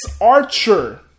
Archer